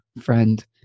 friend